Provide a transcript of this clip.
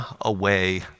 away